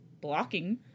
blocking